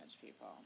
people